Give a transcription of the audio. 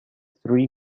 three